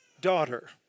daughter